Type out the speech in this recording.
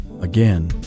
again